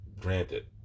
granted